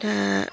दा